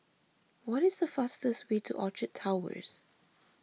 what is the fastest way to Orchard Towers